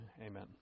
amen